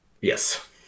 Yes